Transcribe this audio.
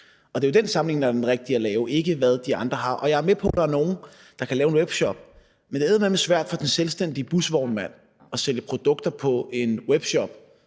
Det er jo den sammenligning, der er den rigtige at lave, ikke hvad de andre har. Jeg er med på, at der er nogle, der kan lave en webshop, men det er eddermame svært for den selvstændige busvognmand at sælge produkter i en webshop,